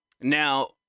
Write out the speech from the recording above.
Now